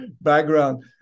background